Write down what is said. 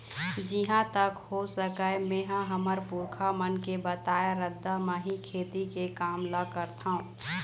जिहाँ तक हो सकय मेंहा हमर पुरखा मन के बताए रद्दा म ही खेती के काम ल करथँव